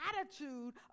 attitude